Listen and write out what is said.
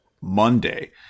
Monday